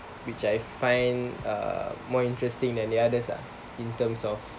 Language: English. which I find uh more interesting than the others ah in terms of